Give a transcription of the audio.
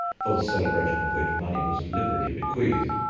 for the celebration of which money was liberally bequeathed,